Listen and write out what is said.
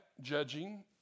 judging